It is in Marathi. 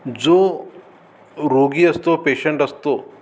जो रोगी असतो पेशंट असतो